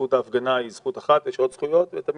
זכות ההפגנה היא זכות אחת אך יש עוד זכויות ותמיד,